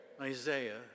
Isaiah